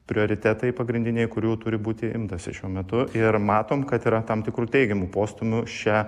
prioritetai pagrindiniai kurių turi būti imtasi šiuo metu ir matom kad yra tam tikrų teigiamų postūmių šia